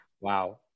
Wow